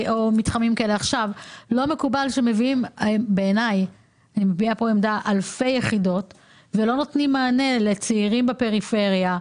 לא מקובל שמביאים אלפי יחידות ולא נותנים מענה לצעירים בפריפריה,